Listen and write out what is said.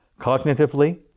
cognitively